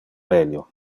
melio